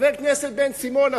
חבר הכנסת בן-סימון,